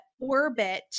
orbit –